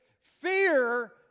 fear